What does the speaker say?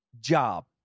job